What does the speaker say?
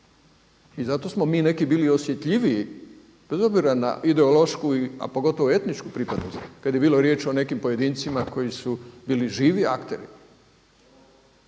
i zato smo mi neki bili osjetljiviji bez obzira na ideološku, a pogotovo etničku pripadnost kada je bilo riječ o nekim pojedincima koji su bili živi akteri.